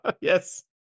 Yes